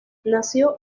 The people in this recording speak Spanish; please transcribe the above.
nació